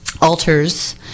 altars